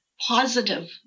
positive